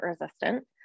resistant